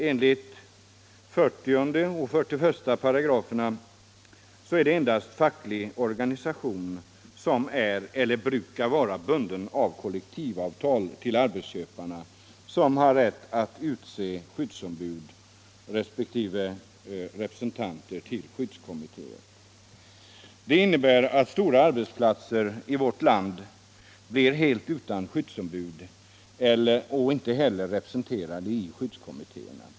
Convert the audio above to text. Enligt 40 och 41 5§ är det endast den fackliga organisation som är eller brukar vara bunden av kollektivavtal till arbetsköparna som har rätt att utse skyddsombud resp. representanter till skyddskommittéer. Det innebär att stora arbetsplatser i vårt land helt blir utan skyddsombud och inte heller blir representerade i skyddskommittéer.